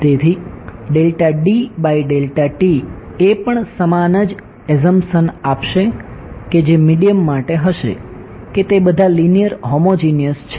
તેથી એ પણ સમાન જ એઝંપ્શન આપશે કે જે મીડિયમ છે